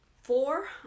four